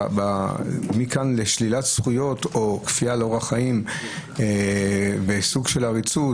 אבל מכאן לשלילת זכויות או כפייה על אורח חיים וסוג של עריצות,